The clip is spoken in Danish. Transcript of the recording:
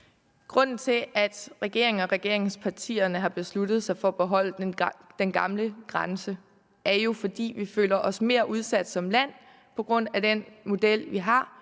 Grunden til, at regeringen og regeringspartierne har besluttet sig for at beholde den gamle grænse er jo, at vi føler os mere udsat som land på grund af den model, vi har,